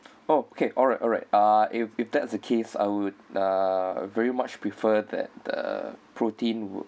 oh okay alright alright uh if if that's the case I would uh very much prefer that the protein would